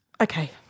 okay